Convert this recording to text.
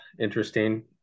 interesting